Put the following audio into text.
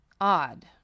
odd